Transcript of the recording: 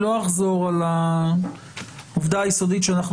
לא אחזור על העובדה היסודית שאנחנו